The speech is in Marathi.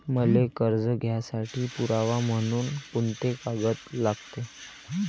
मले कर्ज घ्यासाठी पुरावा म्हनून कुंते कागद लागते?